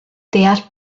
deall